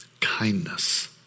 kindness